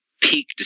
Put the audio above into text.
peak